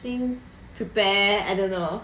think prepare I don't know